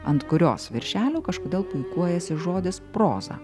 ant kurios viršelio kažkodėl puikuojasi žodis proza